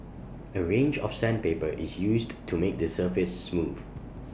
A range of sandpaper is used to make the surface smooth